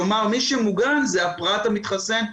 כלומר, מי שמוגן זה הפרט המתחסן.